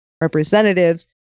representatives